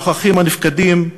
"הנוכחים הנפקדים"